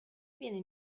viene